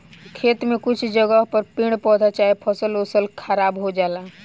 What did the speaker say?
खेत में कुछ जगह पर पेड़ पौधा चाहे फसल ओसल खराब हो जाला